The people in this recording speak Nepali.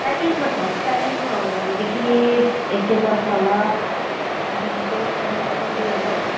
प्याकेजमा छ प्याकेजमा हो भनेदेखि यसको पर्छ होला दिनको पन्ध्र सौ दुई हजार